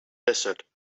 desert